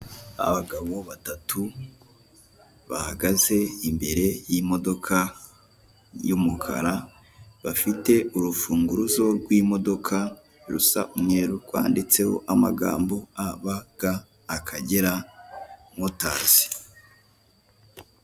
Ahangaha biragaragara ko ushobora gutunga apurikasiyo ya ekwiti banki muri telefoni, maze ukajya uyifashisha mu bikorwa ushaka gukoresha konti yawe haba kohereza amafaranga, kubitsa, kubikuza n'ibindi.